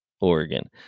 Oregon